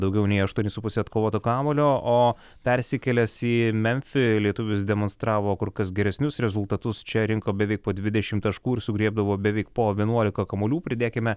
daugiau nei aštuoni su puse atkovoto kamuolio o persikėlęs į memfį lietuvis demonstravo kur kas geresnius rezultatus čia rinko beveik po dvidešim taškų ir sugriebdavo beveik po vienuolika kamuolių pridėkime